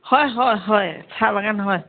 হয় হয় হয় চাহ বাগান হয়